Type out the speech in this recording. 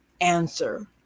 Answer